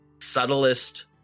subtlest